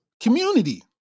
Community